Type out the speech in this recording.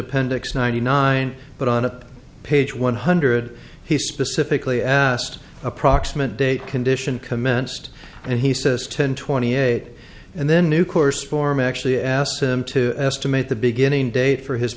appendix ninety nine but on a page one hundred he specifically asked approximate date condition commenced and he says ten twenty eight and then new course form actually asked him to estimate the beginning date for his